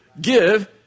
Give